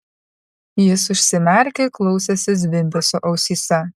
jis užsimerkė ir klausėsi zvimbesio ausyse